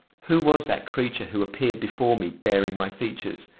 who was that creature who appeared before me bearing my features?